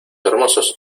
hermosos